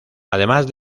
además